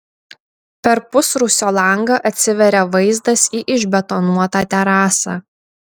per pusrūsio langą atsiveria vaizdas į išbetonuotą terasą